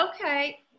Okay